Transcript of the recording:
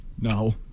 No